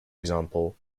example